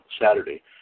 Saturday